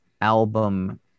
album